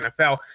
NFL